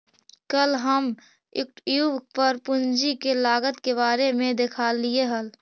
कल हम यूट्यूब पर पूंजी के लागत के बारे में देखालियइ हल